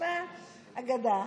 נשמע אגדה.